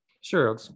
sure